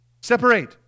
Separate